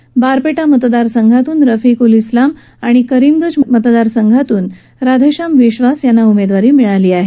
तर बारपेटा मतदारसंघातून रफिकुल उलाम आणि करिमगंज मतदारसंघातून राधेश्याम विधास यांना उमेदवारी मिळाली आहे